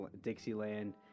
Dixieland